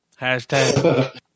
Hashtag